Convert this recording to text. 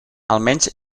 almenys